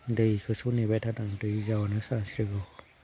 दैखौसो नेबाय थादों दै जाब्लानो सानस्रिगौ